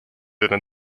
enne